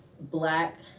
black